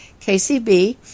KCB